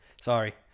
Sorry